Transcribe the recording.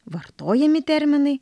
vartojami terminai